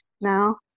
now